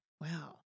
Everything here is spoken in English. Wow